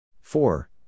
four